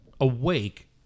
awake